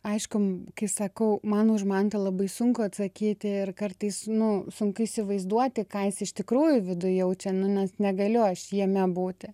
aišku kai sakau man už mantą labai sunku atsakyti ir kartais nu sunku įsivaizduoti ką jis iš tikrųjų viduj jaučia nes negaliu aš jame būti